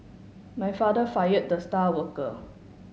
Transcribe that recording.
my father fired the star worker